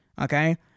okay